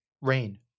Rain